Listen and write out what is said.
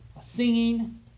singing